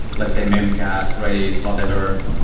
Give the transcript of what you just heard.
let's say, memcached, redis, whatever?